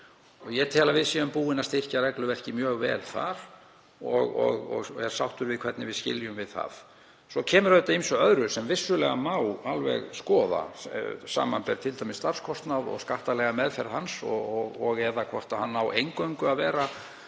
Ég tel að við séum búin að styrkja regluverkið mjög vel þar og er sáttur við hvernig við skiljum við það. Svo kemur auðvitað að ýmsu öðru sem vissulega má alveg skoða, samanber t.d. starfskostnað og skattalega meðferð hans og hvort hann á eingöngu að vera